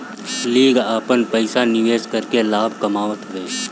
लोग आपन पईसा निवेश करके लाभ कामत हवे